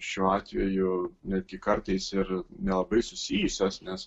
šiuo atveju netgi kartais ir nelabai susijusios nes